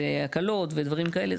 והקלות, ודבירם כאלה.